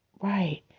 Right